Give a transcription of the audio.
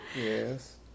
Yes